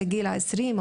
עשור ה-20,